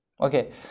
okay